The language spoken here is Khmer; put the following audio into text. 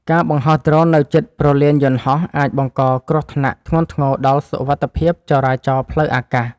ការបង្ហោះដ្រូននៅជិតព្រលានយន្តហោះអាចបង្កគ្រោះថ្នាក់ធ្ងន់ធ្ងរដល់សុវត្ថិភាពចរាចរណ៍ផ្លូវអាកាស។